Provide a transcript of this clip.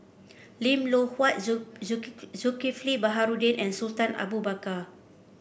Lim Loh Huat Zulk Zulk Zulkifli Baharudin and Sultan Abu Bakar